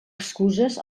excuses